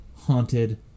haunted